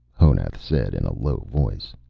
honath said in a low voice.